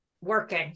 working